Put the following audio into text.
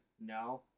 No